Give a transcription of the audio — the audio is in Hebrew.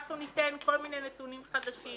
אנחנו ניתן כל מיני נתונים חדשים.